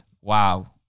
Wow